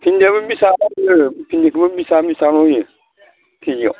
भिन्दियाबो बेसांनो भिन्दिखौबो बिस ताका बिस ताकायाव होयो केजियाव